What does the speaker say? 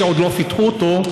שעוד לא פיתחו אותו,